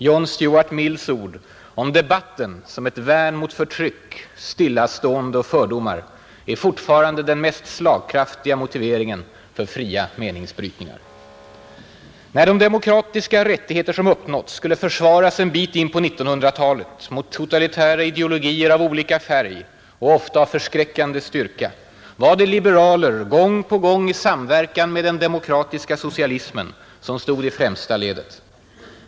John Stuart Mills ord om debatten som värn mot förtryck, stillastående och fördomar är fortfarande den mest slagkraftiga motiveringen för fria meningsbrytningar. När de demokratiska rättigheter som uppnåtts skulle försvaras en bit in på 1900-talet mot totalitära ideologier av olika färg och ofta av förskräckande styrka var det liberaler, gång på gång i samverkan med den demokratiska socialismen, som stod i främsta ledet.